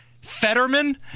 Fetterman